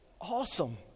awesome